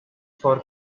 for